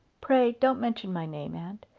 pray don't mention my name, aunt.